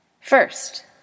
First